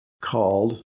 called